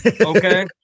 okay